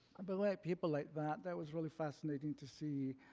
but like people like that. that was really fascinating to see